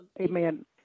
Amen